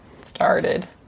started